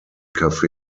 cafe